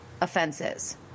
offenses